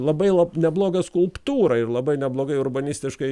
labai nebloga skulptūra ir labai neblogai urbanistiškai